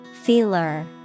Feeler